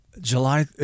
July